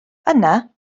yna